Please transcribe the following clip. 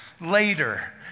later